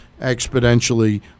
exponentially